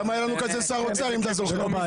היה לנו כזה שר אוצר, אם אתה זוכר.